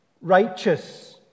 righteous